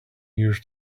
years